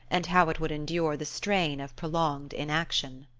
and how it would endure the strain of prolonged inaction.